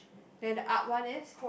then up one is